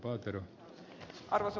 arvoisa puhemies